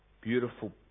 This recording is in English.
beautiful